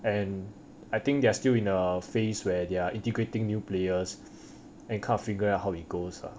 and I think they are still in a phase where they are integrating new players and can't figure out how it goes lah